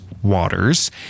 Waters